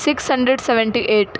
six hundred seventy eight